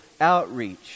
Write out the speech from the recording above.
outreach